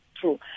true